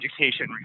education